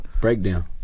breakdown